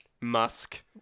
Musk